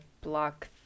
block